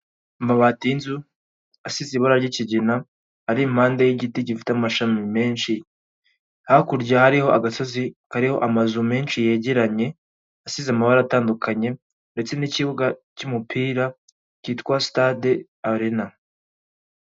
Amabati y'inzu asize ibara ry'ikigina, ari impande y'igiti gifite amashami menshi. Hakurya hariho agasozi kariho amazu menshi yegeranye, asize amabara atandukanye, ndetse n'ikibuga cy'umupira cyitwa sitade Arena.